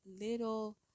little